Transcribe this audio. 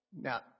Now